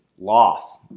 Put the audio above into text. loss